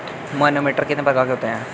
Manometer कितने प्रकार के होते हैं?